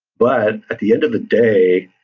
but at the end of the day,